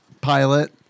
pilot